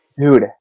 dude